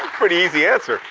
pretty easy answer.